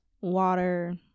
water